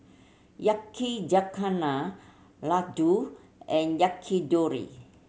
Yakizakana Ladoo and Yakitori